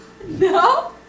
No